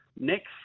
next